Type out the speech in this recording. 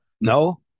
no